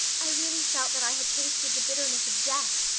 i really felt that i had tasted the bitterness of death,